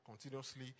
continuously